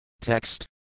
Text